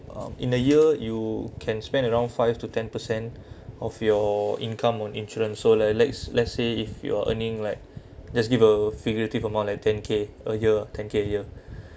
um in a year you can spend around five to ten percent of your income on insurance so like let's let's say if you are earning like just give a figurative amount like ten k a year ten k a year